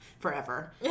Forever